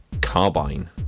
Carbine